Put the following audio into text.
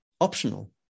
optional